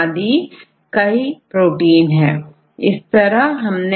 इस तरह यह आवश्यक है की प्रोटीन को स्ट्रक्चरल लेवल में समझा जाए